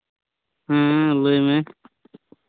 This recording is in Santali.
ᱦᱮᱸ ᱞᱟᱹᱭ ᱢᱮ